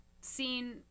seen